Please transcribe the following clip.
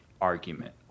argument